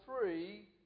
three